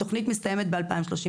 התוכנית מסתיימת ב-2035.